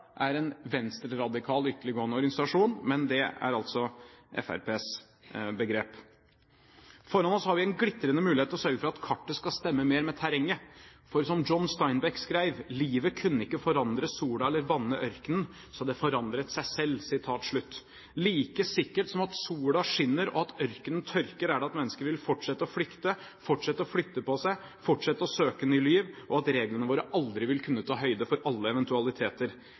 er nytt for meg at kirken er en venstreradikal ytterliggående organisasjon, men det er altså Fremskrittspartiets begrep. Foran oss har vi en glitrende mulighet til å sørge for at kartet skal stemme mer med terrenget. For som John Steinbeck skrev: Livet kunne ikke forandre sola eller vanne ørkenen, så det forandret seg selv. Like sikkert som at solen skinner og at ørkenen tørker, er det at mennesker vil fortsette å flykte, fortsette å flytte på seg, fortsette å søke nye liv, og at reglene våre aldri vil kunne ta høyde for alle eventualiteter.